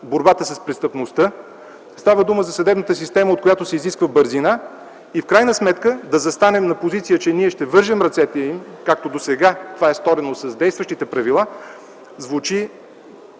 борбата с престъпността, става дума за съдебната система, от която се изисква бързина, и в крайна сметка да застанем на позиция, че ние ще вържем ръцете им, както досега това е сторено с действащите правила. Това